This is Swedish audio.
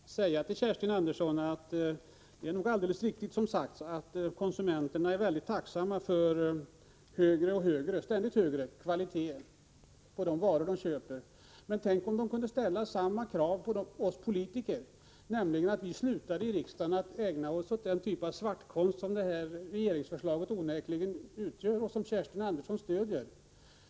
Herr talman! Jag vill gärna säga till Kerstin Andersson att det nog är alldeles riktigt som det har sagts att konsumenterna är väldigt tacksamma för ständigt högre kvalitet på de varor de köper. Tänk om de kunde ställa samma krav på oss politiker, nämligen att vi slutade i riksdagen att ägna oss åt den typ av svartkonst som det här regeringsförslaget onekligen är ett exempel på och som Kerstin Andersson stöder!